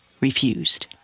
refused